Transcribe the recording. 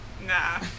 Nah